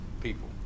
people